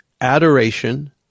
adoration